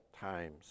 times